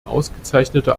ausgezeichnete